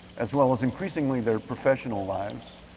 as well as increasingly their professional lives.